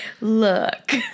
Look